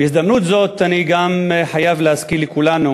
בהזדמנות זו אני גם חייב להזכיר לכולנו